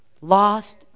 lost